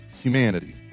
humanity